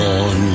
on